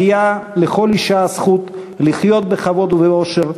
לכל אישה מגיעה הזכות לחיות בכבוד ובאושר,